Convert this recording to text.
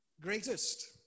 greatest